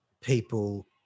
people